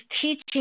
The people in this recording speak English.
teaching